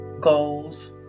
goals